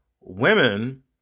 Women